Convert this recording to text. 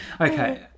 Okay